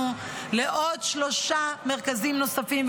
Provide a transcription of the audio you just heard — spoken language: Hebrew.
לעוד שלושה מרכזים נוספים,